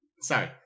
Sorry